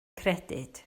credyd